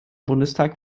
bundestag